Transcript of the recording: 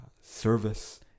service